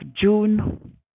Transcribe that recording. June